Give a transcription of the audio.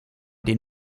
den